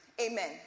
Amen